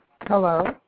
Hello